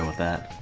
that